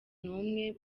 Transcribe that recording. numwe